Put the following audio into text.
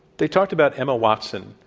they talked about emma watson,